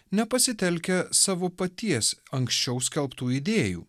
nepasitelkia savo paties anksčiau skelbtų idėjų